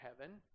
heaven